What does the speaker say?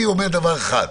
אני אומר דבר אחד.